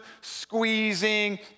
squeezing